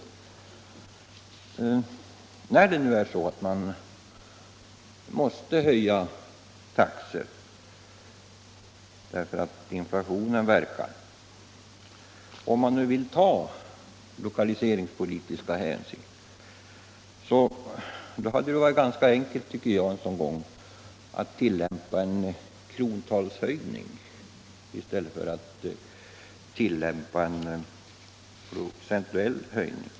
é / ek 59 Om det nu är så att man på grund av inflationen måste höja taxorna, så hade det, om man nu vill ta lokaliseringspolitiska hänsyn, varit ganska enkelt att företa en krontalshöjning i stället för att göra en procentuell höjning.